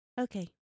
okay